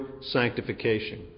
sanctification